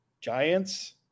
giants